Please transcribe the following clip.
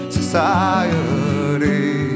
Society